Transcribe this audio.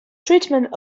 treatment